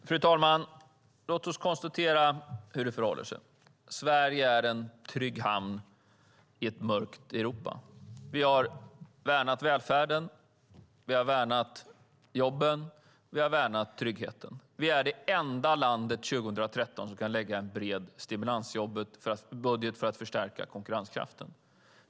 Fru talman! Låt mig konstatera hur det förhåller sig. Sverige är en trygg hamn i ett mörkt Europa. Vi har värnat välfärden, vi har värnat jobben, och vi har värnat tryggheten. Vi är det enda landet som 2013 kan lägga fram en bred stimulansbudget för att förstärka konkurrenskraften.